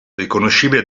riconoscibile